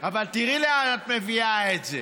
אבל תראי לאן את מביאה את זה.